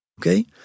Okay